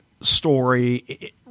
story